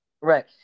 Right